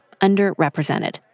underrepresented